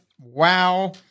Wow